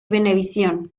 venevisión